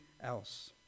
else